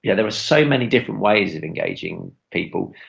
yeah there are so many different ways of engaging people,